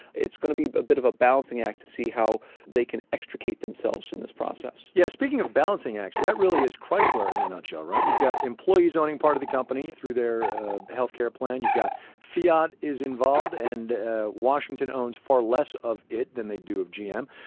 it's going to be a bit of a balancing act to see how they can extricate themselves from this process yeah, speaking of balancing acts, that really is chrysler in a nutshell, right? you've got employees owning part of the company through their health care plan. you've got fiat is involved and washington owns far less of it than they do of gm.